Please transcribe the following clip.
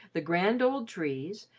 the grand old trees,